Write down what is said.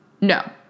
No